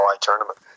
tournament